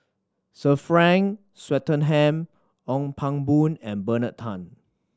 Sir Frank Swettenham Ong Pang Boon and Bernard Tan